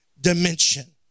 dimension